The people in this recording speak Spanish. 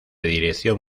dirección